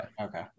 Okay